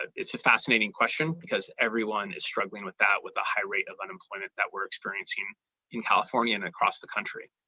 it's a fascinating question because everyone is struggling with that with the high rate of unemployment that we're experiencing in california and across the country.